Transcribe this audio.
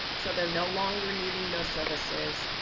so they're no longer needing those services,